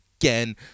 Again